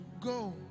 go